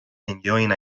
enjoying